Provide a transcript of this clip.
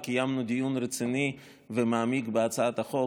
וקיימנו דיון רציני ומעמיק בהצעת החוק